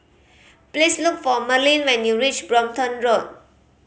please look for Merlin when you reach Brompton Road